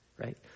right